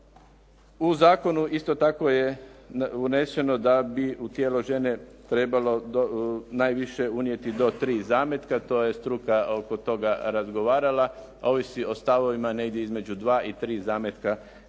U zakonu isto tako je uneseno da bi u tijelo žene trebalo najviše unijeti do tri zametka. To je struka oko toga razgovarala. Ovisi o stavovima, negdje između dva i tri zametka